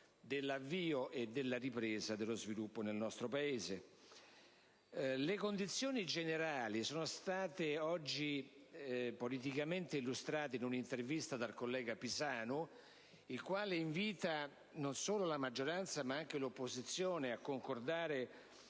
dell'avvio e della ripresa dello sviluppo nel nostro Paese. Le condizioni generali sono state oggi politicamente illustrate in un'intervista dal collega Pisanu, il quale invita non solo la maggioranza ma anche l'opposizione a concordare